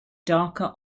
darker